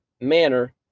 manner